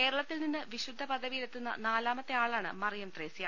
കേര ളത്തിൽ നിന്ന് വിശുദ്ധ പദവിയിലെത്തുന്ന നാലാമത്തെ ആളാണ് മറിയം ത്രേസ്യ